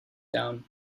down